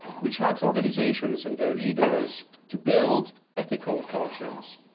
which helps organizations and their leaders to build ethical cultures.